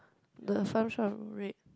the front shop ah red